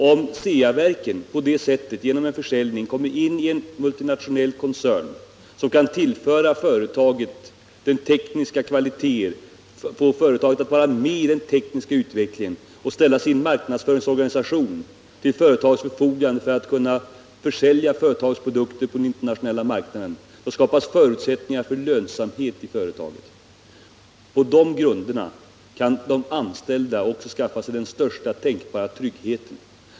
Om Ceaverken till följd av en försäljning kommer inien multinationell koncern som gör att företaget kan vara med i den tekniska utvecklingen och om koncernens marknadsföringsorganisation ställs till Ceaverkens förfogande, så att företagets produkter kan säljas på den internationella marknaden, då skapas också förutsättningar för lönsamhet i företaget. På dessa grunder kan de anställda skaffa sig den största tänkbara tryggheten.